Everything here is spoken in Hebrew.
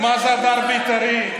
מה זה הדר בית"רי.